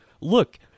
look